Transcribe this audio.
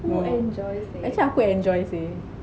no actually aku enjoy seh